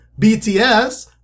BTS